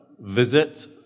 visit